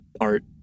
art